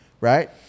right